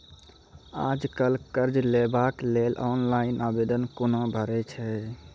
आज कल कर्ज लेवाक लेल ऑनलाइन आवेदन कूना भरै छै?